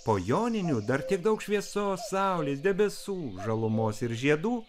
po joninių dar tiek daug šviesos saulės debesų žalumos ir žiedų